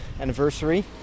anniversary